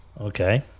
Okay